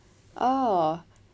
oh